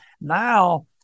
now